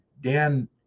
Dan